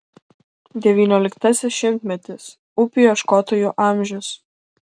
devynioliktasis šimtmetis upių ieškotojų amžius